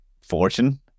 Fortune